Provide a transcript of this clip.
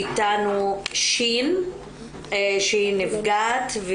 איתנו ש' שהיא נפגעת.